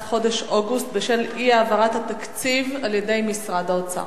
חודש אוגוסט בשל אי-העברת התקציב על-ידי משרד האוצר.